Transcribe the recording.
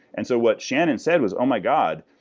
and so what shannon said was, oh my god!